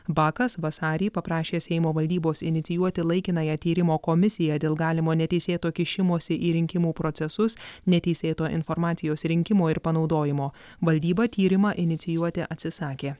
bakas vasarį paprašė seimo valdybos inicijuoti laikinąją tyrimo komisiją dėl galimo neteisėto kišimosi į rinkimų procesus neteisėto informacijos rinkimo ir panaudojimo valdyba tyrimą inicijuoti atsisakė